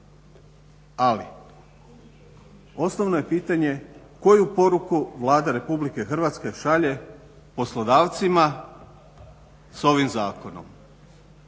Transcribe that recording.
Ali osnovno je pitanje koju poruku Vlada RH šalje poslodavcima s ovim zakonom?